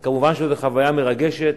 אז כמובן זאת חוויה מרגשת,